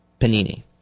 panini